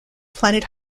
planet